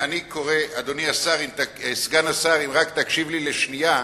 אדוני סגן השר, אם רק תקשיב לי לשנייה,